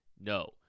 No